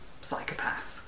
psychopath